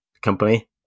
company